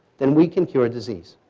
then we can cure disease.